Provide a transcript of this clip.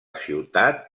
ciutat